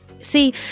See